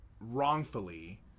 wrongfully